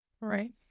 Right